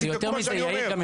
תבדקו מה שאני אומר.